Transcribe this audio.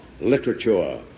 literature